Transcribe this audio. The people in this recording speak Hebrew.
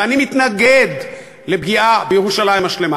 ואני מתנגד לפגיעה בירושלים השלמה.